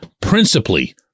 principally